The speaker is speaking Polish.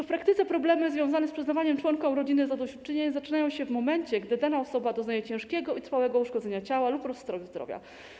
W praktyce problemy związane z przyznawaniem członkom rodziny zadośćuczynień zaczynają się w momencie, gdy dana osoba doznaje ciężkiego i trwałego uszkodzenia ciała lub rozstroju zdrowia.